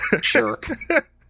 shirk